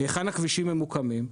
היכן הכבישים ממוקמים.